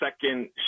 second